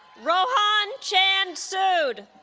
rohan chand sood